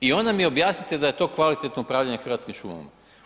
I onda mi objasnite da je to kvalitetno upravljanje hrvatskim šumama.